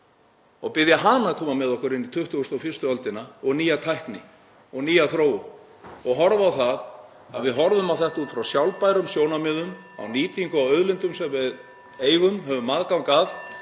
og biðja hana að koma með okkur inn í 21. öldina og nýja tækni og nýja þróun og horfa á það að við horfum á þetta út frá sjálfbærum (Forseti hringir.) sjónarmiðum á nýtingu á auðlindum sem við eigum, höfum aðgang að,